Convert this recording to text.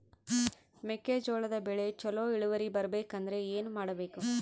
ಮೆಕ್ಕೆಜೋಳದ ಬೆಳೆ ಚೊಲೊ ಇಳುವರಿ ಬರಬೇಕಂದ್ರೆ ಏನು ಮಾಡಬೇಕು?